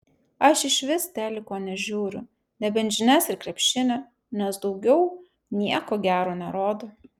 aš išvis teliko nežiūriu nebent žinias ir krepšinį nes daugiau nieko gero nerodo